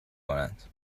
کنند